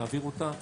להעביר אותה,